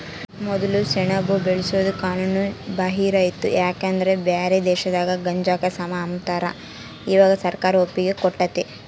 ಮೊದ್ಲು ಸೆಣಬು ಬೆಳ್ಸೋದು ಕಾನೂನು ಬಾಹಿರ ಇತ್ತು ಯಾಕಂದ್ರ ಬ್ಯಾರೆ ದೇಶದಾಗ ಗಾಂಜಾಕ ಸಮ ಅಂಬತಾರ, ಇವಾಗ ಸರ್ಕಾರ ಒಪ್ಪಿಗೆ ಕೊಟ್ಟತೆ